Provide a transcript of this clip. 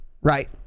right